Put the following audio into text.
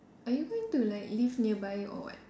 are you going to like live nearby or what